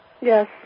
Yes